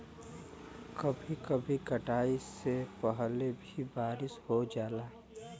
कभी कभी कटाई से पहिले भी बारिस हो जाला